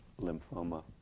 lymphoma